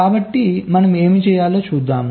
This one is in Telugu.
కాబట్టి మనం ఏమి చేయాలో చూద్దాం